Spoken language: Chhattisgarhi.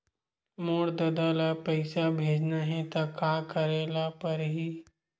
मोर ददा ल पईसा भेजना हे त का करे ल पड़हि?